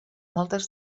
moltes